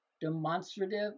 demonstrative